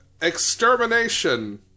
Extermination